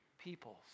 peoples